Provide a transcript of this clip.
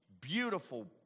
Beautiful